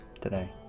today